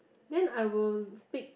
then I will speak